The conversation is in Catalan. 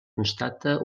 constata